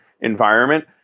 environment